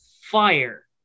fire